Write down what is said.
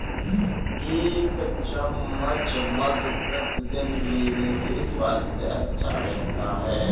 एक चम्मच मधु प्रतिदिन लेने से स्वास्थ्य अच्छा रहता है